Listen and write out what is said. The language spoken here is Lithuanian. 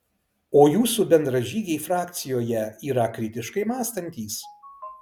o jūsų bendražygiai frakcijoje yra kritiškai mąstantys